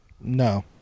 No